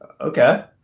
okay